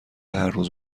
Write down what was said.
هرروز